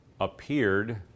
appeared